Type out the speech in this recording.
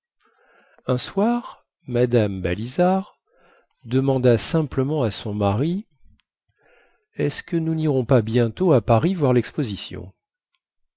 un soir mme balizard demanda simplement à son mari est-ce que nous nirons pas bientôt à paris voir lexposition